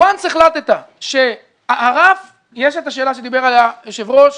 יש את השאלה עליה דיבר היושב ראש,